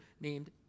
named